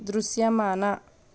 దృశ్యమాన